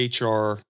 HR